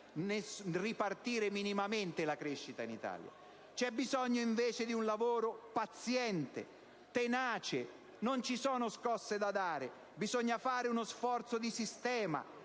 non fanno ripartire minimamente la crescita del Paese. C'è bisogno, invece, di un lavoro paziente, tenace. Non ci sono scosse da dare. Bisogna fare uno sforzo di sistema,